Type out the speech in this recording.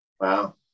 Wow